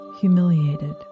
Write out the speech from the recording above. humiliated